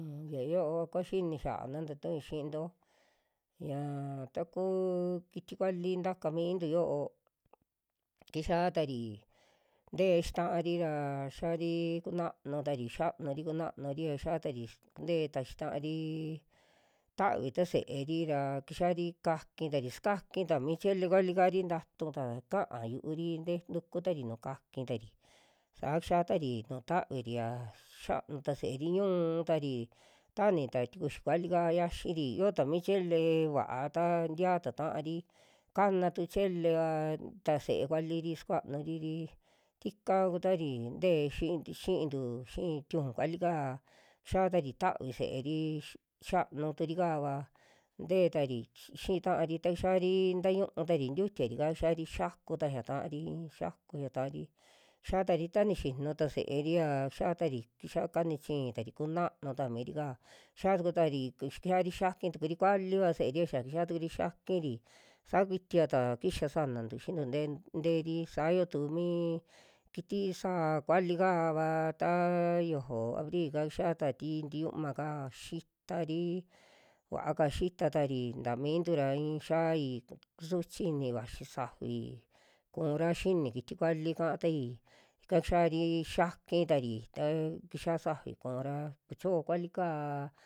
Un ya yoo kua xini xiaa na taa tu'ui xiinto ñaa taku kiti vaki takamintu yo'o kixiatari te'e xitaari ra xiari kunanu tari, yanuri kunanuria xitari ntee ta xii taari tavi ta se'eri ra kixiari kakitari, sikakita mi chele valikari ntatu ta ka'a yu'uri te tukutari nu'u kakiri saa kixiatari nuu taviri a xianu ta se'eri, ñuutari tanita tikuxi valika yiaxiri, yoota mi chele vaa ta tiaata ta'ari, kana tu chelea ta se'e valiri sukuanuriri tika kuatari ntee xit- xiintu, xii tiuju valika xiatari tavi se'eri xianu turikava teetari xi- xitaari takixiari tañuutari ntiutiarika kixiari xiakuta xaa ta'ari, xiaku xiaa ta'ari xiaatari ta nixinu ta se'eri aa xiatari kixia kani chiitari kunanu ta mirika xitukutari, kixiari xiaki tukuri, kualiva se'eri a xaa kixa tukuri xiakiri, sa'a kuitiata kixa sanantu xiintu te- teeri sayo tuu mi kiti sa'a kauli kaava, taa yiojo abrika xiata tii tiñuma kaa xitari, uvaaka xita tari tamintu ra i'i xiai kusuchi ini vaxii safi kura xinii kiti vali ka'atai ika xiari xiakitari ta kixa'a safi ku'ura kuchojo kualikaa.